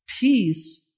Peace